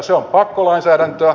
se on pakkolainsäädäntöä